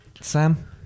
Sam